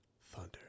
Thunder